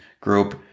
group